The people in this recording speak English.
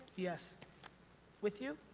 yes. with you?